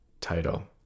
title